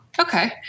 Okay